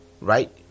Right